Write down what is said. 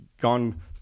gone